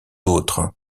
autres